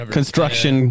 Construction